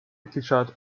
mitgliedstaat